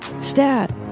Stat